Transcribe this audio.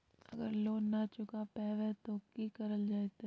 अगर लोन न चुका पैबे तो की करल जयते?